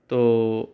तो